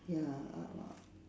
ya uh